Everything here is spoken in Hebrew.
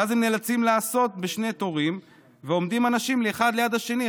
ואז הם נאלצים לעשות שני תורים ועומדים אנשים אחד ליד השני,